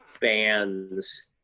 bands